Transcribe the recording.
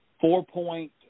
four-point